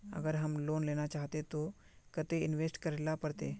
अगर हम लोन लेना चाहते तो केते इंवेस्ट करेला पड़ते?